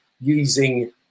using